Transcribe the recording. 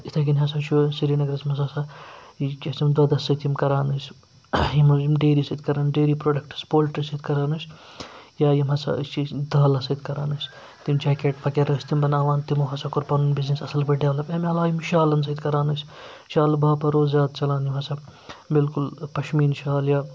یِتھَے کٔنۍ ہَسا چھُ سرینَگرَس منٛز ہَسا یہِ کیٛاہ چھِ یِم دۄدَس سۭتۍ یِم کَران ٲسۍ یِمَے یِم ڈیری سۭتۍ کَران ڈیری پرٛوڈَکٹٕس پولٹرٛی سۭتۍ کَران ٲسۍ یا یِم ہَسا أسۍ چھِ دالَس سۭتۍ کَران تِم جیکٮ۪ٹ وغیرہ ٲسۍ تِم بَناوان تِمو ہَسا کوٚر پَنُن بِزنِس اَصٕل پٲٹھۍ ڈٮ۪ولَپ اَمہِ علاوٕ یِم شالَن سۭتۍ کَران ٲسۍ شالہٕ باپار اوس زیادٕ چَلان یِم ہَسا بِلکل پَشمیٖن شال یا